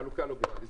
החלוקה לא ברורה לי.